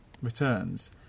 returns